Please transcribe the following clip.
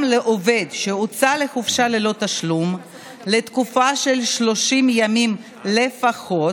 לעובד שהוצא לחופשה ללא תשלום לתקופה של 30 ימים לפחות,